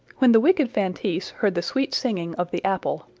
when the wicked feintise heard the sweet singing of the apple,